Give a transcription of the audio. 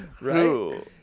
right